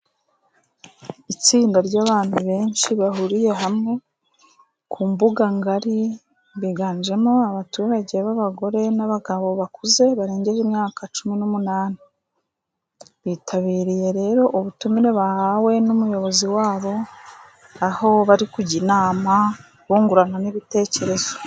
Itsinda ry'abantu benshi bahuriye hamwe ku mbuga ngari, biganjemo abaturage b'abagore, n'abagabo bakuze barengeje imyaka cumi n'umunani. Bitabiriye rero ubutumire bahawe n'umuyobozi wabo, aho bari kujya inama bungurana n'ibitekerezo.